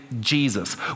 Jesus